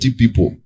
people